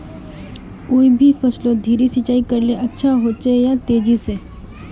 कोई भी फसलोत धीरे सिंचाई करले अच्छा होचे या तेजी से?